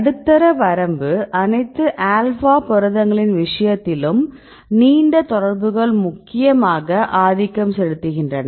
நடுத்தர வரம்பு அனைத்து ஆல்பா புரதங்களின் விஷயத்திலும் நீண்ட தொடர்புகள் முக்கியமாக ஆதிக்கம் செலுத்துகின்றன